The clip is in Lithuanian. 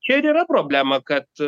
čia ir yra problema kad